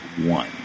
one